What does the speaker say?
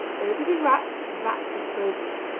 bogies is rats, and rats is bogies